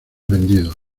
vendidos